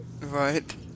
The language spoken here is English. Right